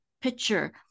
picture